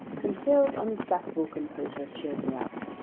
conseil's unflappable composure cheered me up.